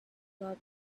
club